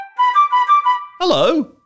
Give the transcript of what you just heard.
Hello